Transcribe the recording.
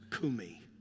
kumi